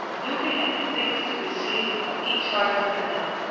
looking at the things to be seen on each side of the canal.